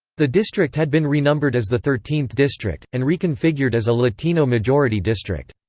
the district had been renumbered as the thirteenth district, and reconfigured as a latino-majority district.